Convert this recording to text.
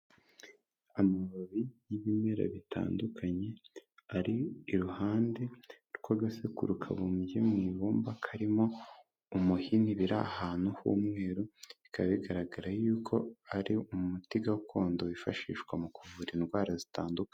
Amababi y'ibimera bitandukanye ari iruhande rw'agasekuru kabumbye mu ibumba karimo umuhini biri ahantu h'umweru, bikaba bigaragara yuko ari umuti gakondo wifashishwa mu kuvura indwara zitandukanye.